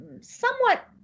somewhat